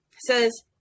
says